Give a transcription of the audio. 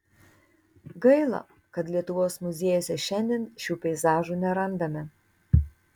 gaila kad lietuvos muziejuose šiandien šių peizažų nerandame